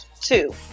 two